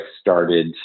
started